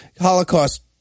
Holocaust